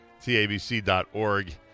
TABC.org